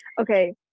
Okay